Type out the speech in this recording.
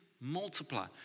multiply